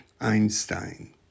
Einstein